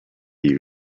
you